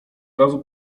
razu